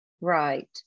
right